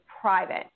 private